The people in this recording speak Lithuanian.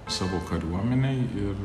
savo kariuomenėj ir